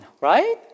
right